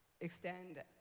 extend